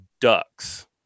ducks